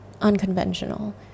unconventional